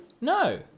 No